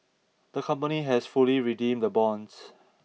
the company has fully redeemed the bonds